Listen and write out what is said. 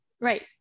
Right